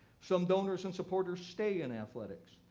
some donors and supporters stay in athletics,